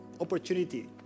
opportunity